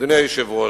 אדוני היושב-ראש,